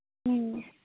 ᱦᱮᱸ